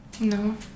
no